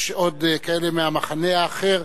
יש עוד כאלה, מהמחנה האחר,